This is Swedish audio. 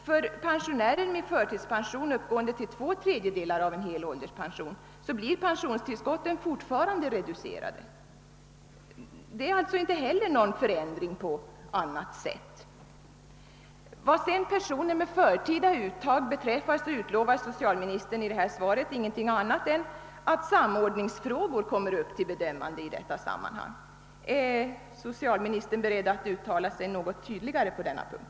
För pensionärer med förtidspension uppgående till två tredjedelar av hel ålderspension blir pensionstillskotten fortfarande reducerade. Det blir alltså inte heller någon förändring »på annat sätt». Vad sedan personer med förtida uttag beträffar utlovar socialministern i svaret ingenting annat än att samordningsfrågor kommer upp till bedömande i detta sammanhang. Är socialministern beredd att uttala sig något tydligare på denna punkt?